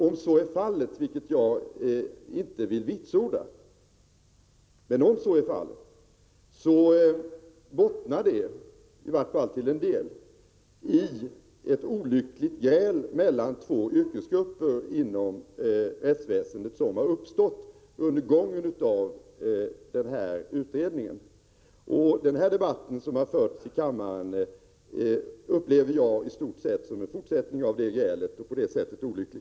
Om så är fallet — vilket jag inte vill vitsorda — bottnar detta i vart fall till en del i ett olyckligt gräl mellan två yrkesgrupper inom rättsväsendet som har uppstått under gången av denna utredning. Den debatt som har förts i kammaren upplever jag i stort sett som en fortsättning av det grälet. Den är på det sättet olycklig.